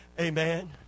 Amen